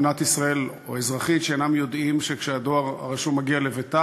במדינת ישראל שאינם יודעים שכשההודעה על הדואר הרשום מגיעה